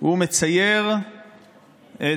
הוא מצייר את